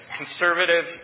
conservative